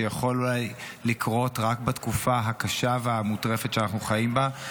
שיכול אולי לקרות רק בתקופה הקשה והמוטרפת שאנחנו חיים בה,